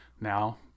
now